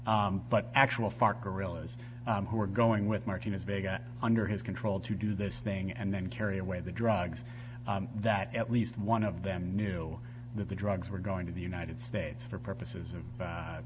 but actual fark guerillas who were going with martinez vega under his control to do this thing and then carry away the drugs that at least one of them knew that the drugs were going to the united states for purposes